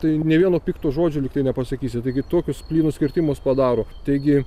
tai nė vieno pikto žodžio lyg tai nepasakysi taigi tokius plynus kirtimus padaro taigi